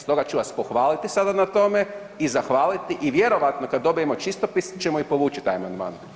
Stoga ću vas pohvaliti sada na tome i zahvaliti i vjerojatno kad dobijemo čistopis ćemo i povući taj amandman.